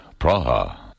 Praha